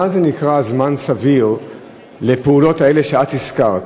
מה נקרא זמן סביר לפעולות האלה שאת הזכרת?